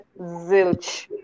zilch